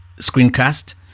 screencast